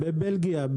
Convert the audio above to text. בבלגיה,